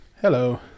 Hello